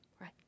right